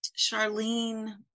Charlene